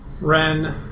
Ren